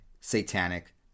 satanic